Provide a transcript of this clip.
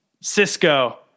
Cisco